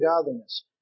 godliness